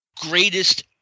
greatest